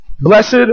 Blessed